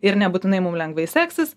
ir nebūtinai mum lengvai seksis